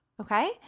okay